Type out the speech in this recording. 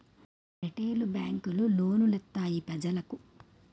retail బేంకులు loan లిత్తాయి పెజలకు